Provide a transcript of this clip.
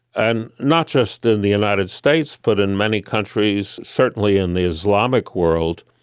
and not just in the united states but in many countries, certainly in the islamic world,